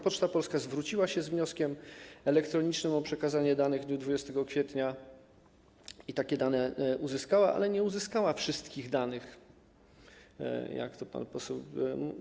Poczta Polska zwróciła się z wnioskiem elektronicznym o przekazanie danych do 20 kwietnia i takie dane uzyskała, ale nie uzyskała wszystkich danych, jak to pan poseł powiedział.